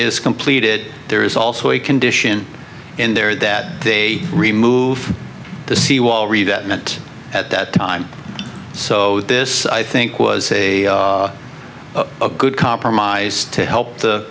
is completed there is also a condition in there that they remove the seawall re that meant at that time so this i think was a good compromise to help the